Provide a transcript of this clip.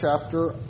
chapter